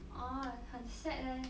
orh 很 sad leh